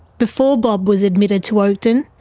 before bob was admitted to oakden,